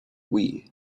wii